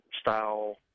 style